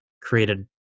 created